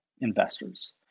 investors